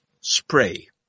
Spray